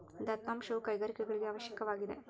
ದತ್ತಾಂಶವು ಕೈಗಾರಿಕೆಗಳಿಗೆ ಅವಶ್ಯಕವಾಗಿದೆ